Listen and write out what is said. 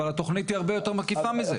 אבל התוכנית היא הרבה יותר מקיפה מזה.